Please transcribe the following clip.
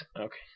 Okay